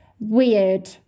weird